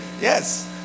Yes